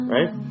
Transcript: Right